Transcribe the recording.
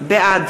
בעד